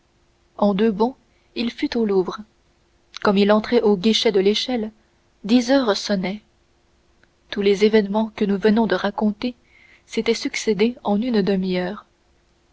en deux bonds il fut au louvre comme il entrait au guichet de échelle dix heures sonnaient tous les événements que nous venons de raconter s'étaient succédé en une demi-heure